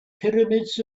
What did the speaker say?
pyramids